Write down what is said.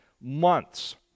months